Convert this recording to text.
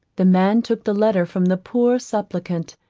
the man took the letter from the poor suppliant,